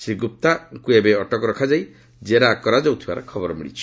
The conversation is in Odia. ଶ୍ରୀ ଗୁପ୍ତାଙ୍କୁ ଏବେ ଅଟକ ରଖାଯାଇ ଜେରା କରାଯାଉଥିବାର ଖବର ମିଳିଛି